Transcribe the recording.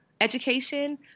education